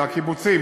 מהקיבוצים,